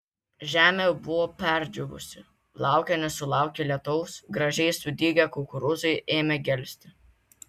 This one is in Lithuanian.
žemė buvo perdžiūvusi laukė nesulaukė lietaus gražiai sudygę kukurūzai ėmė gelsti